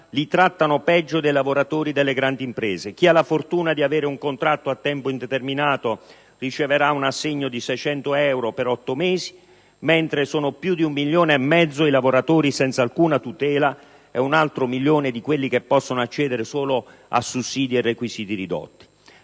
li trattano peggio dei lavoratori delle grandi imprese. Chi ha la fortuna di avere un contratto a tempo indeterminato riceverà un assegno di 600 euro per 8 mesi, mentre sono più di un milione e mezzo i lavoratori senza alcuna tutela e un altro milione quelli che possono accedere solo ai sussidi a requisiti ridotti.